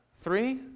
Three